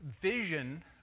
vision